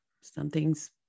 something's